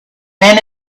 ran